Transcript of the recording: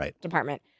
department